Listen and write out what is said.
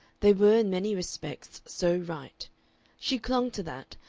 they were in many respects so right she clung to that,